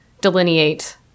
delineate